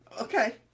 Okay